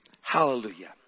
Hallelujah